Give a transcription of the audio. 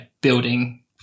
building